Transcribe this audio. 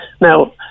Now